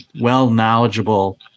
well-knowledgeable